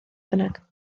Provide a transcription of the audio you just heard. bynnag